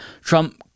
Trump-